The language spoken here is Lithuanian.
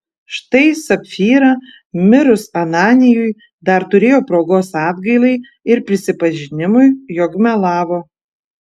štai sapfyra mirus ananijui dar turėjo progos atgailai ir prisipažinimui jog melavo